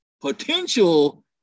potential